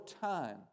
time